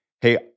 hey